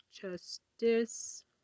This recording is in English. Justice